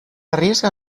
arriesga